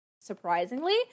surprisingly